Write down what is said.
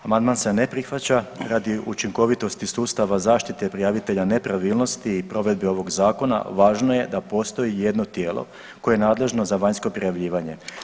Amandman se ne prihvaća, radi učinkovitosti sustava zaštite prijavitelja nepravilnosti i provedbe ovog zakona važno je da postoji jedno tijelo koje je nadležno za vanjsko prijavljivanje.